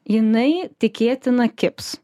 jinai tikėtina kibs